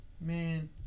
man